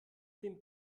dem